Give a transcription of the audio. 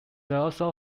also